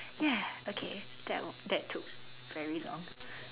ya okay that that took very long